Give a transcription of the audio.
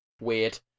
weird